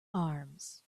arms